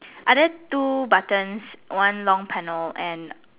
either two buttons one long panel and